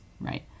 right